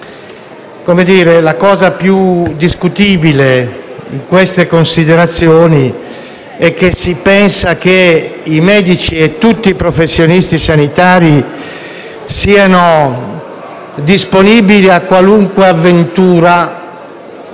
la cosa più discutibile di queste considerazioni è che si pensa che i medici e tutti i professionisti sanitari siano disponibili a qualunque avventura